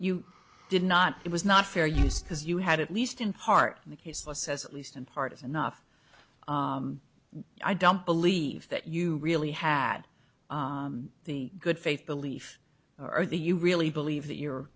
you did not it was not fair use because you had at least in part in the case law says at least in part enough i don't believe that you really had the good faith belief or the you really believe that your